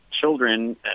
children